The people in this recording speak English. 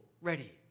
ready